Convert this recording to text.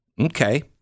Okay